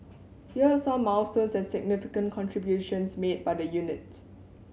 here are some milestones and significant contributions made by the unit